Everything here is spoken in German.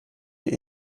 die